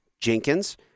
Jenkins